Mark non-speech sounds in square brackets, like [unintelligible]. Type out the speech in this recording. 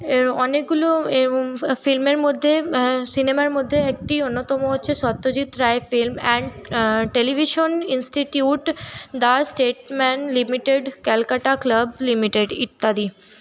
[unintelligible] অনেকগুলো এও ফিল্মের মধ্যে সিনেমার মধ্যে একটি অন্যতম হচ্ছে Satyajit Ray film and television institute the Statesman limited Calcutta club limited ইত্যাদি